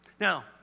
Now